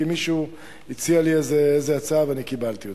כי מישהו הציע לי איזה הצעה ואני קיבלתי אותה.